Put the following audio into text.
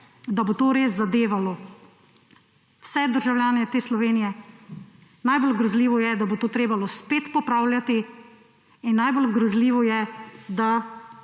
da bo to res zadevalo vse državljane te Slovenije. Najbolj grozljivo je, da bo to treba spet popravljati. In najbolj grozljivo je, da